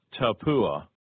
Tapua